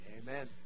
amen